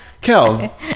Kel